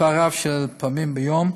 מספר רב של פעמים ביום,